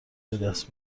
بدست